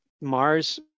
Mars